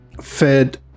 fed